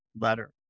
letter